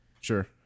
Sure